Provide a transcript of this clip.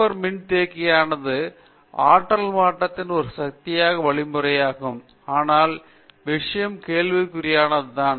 super மின்தேக்கியானது ஆற்றல் மாற்றதின் ஒரு சாத்தியமான வழிமுறையாகும் ஆனால் விஷயம் கேள்விக்குரியதுதான்